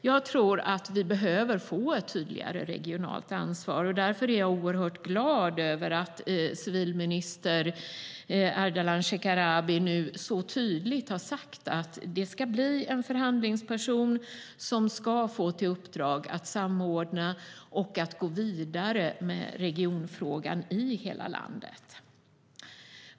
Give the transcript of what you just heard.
Jag tror att vi behöver få ett tydligare regionalt ansvar, och därför är jag mycket glad över att civilminister Ardalan Shekarabi nu så tydligt har sagt att en förhandlingsperson ska få i uppdrag att samordna och gå vidare med regionfrågan i hela landet.